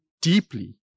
deeply